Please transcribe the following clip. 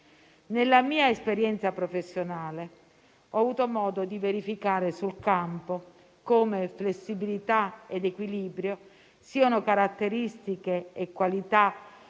Nella mia esperienza professionale ho avuto modo di verificare sul campo come flessibilità ed equilibrio siano caratteristiche e qualità